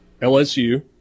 LSU